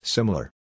Similar